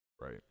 right